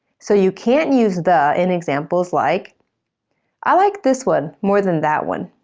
so you can't use the in examples like i like this one more than that one.